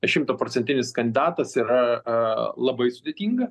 šimtaprocentinis kandidatas yra labai sudėtinga